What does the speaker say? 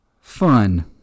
fun